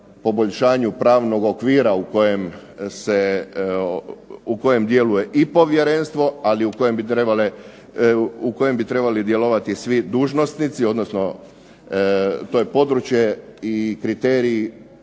poboljšanju pravnog okvira u kojem se u kojem djeluje Povjerenstvo, ali u kojem bi trebali djelovati svi dužnosnici, to je područje i kriteriji